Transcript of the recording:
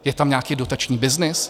Je tam nějaký dotační byznys?